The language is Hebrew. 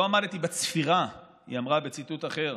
לא עמדתי בצפירה, היא אמרה בציטוט אחר,